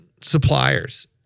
suppliers